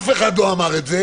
אף אחד לא אמר את זה